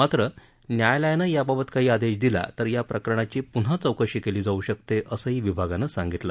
मात्र न्यायालयानं याबाबत काही आदेश दिला तर याप्रकरणाची प्न्हा चौकशी केली जाऊ शकते असंही विभागानं सांगितलं